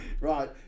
Right